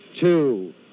two